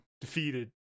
defeated